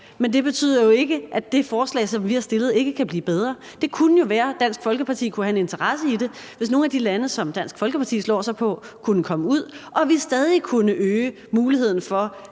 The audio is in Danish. Men det betyder jo ikke, at det forslag, som vi har stillet, ikke kan blive bedre. Det kunne jo være, at Dansk Folkeparti kunne have en interesse i det, hvis nogle af de lande, som Dansk Folkeparti slår sig på, kunne komme ud, og at vi stadig kunne øge muligheden for,